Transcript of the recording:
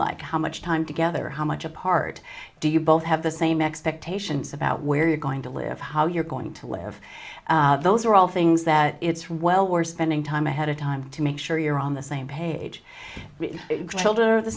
like how much time together how much apart do you both have the same expectations about where you're going to live how you're going to live those are all things that it's well worth spending time ahead of time to make sure you're on the same page children are the